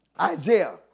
Isaiah